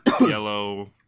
yellow